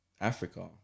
Africa